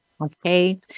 Okay